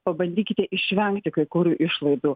pabandykite išvengti kai kurių išlaidų